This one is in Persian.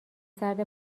سرد